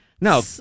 No